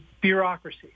bureaucracy